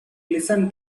listened